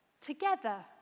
together